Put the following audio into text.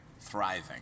thriving